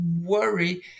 worry